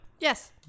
Yes